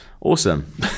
awesome